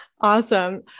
Awesome